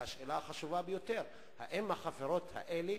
והשאלה החשובה ביותר: האם החפירות האלה